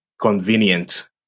convenient